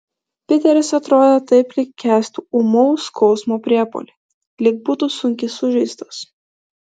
piteris atrodė taip lyg kęstų ūmaus skausmo priepuolį lyg būtų sunkiai sužeistas